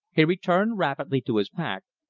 he returned rapidly to his pack,